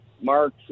Mark